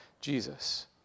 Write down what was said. Jesus